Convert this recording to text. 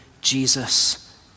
Jesus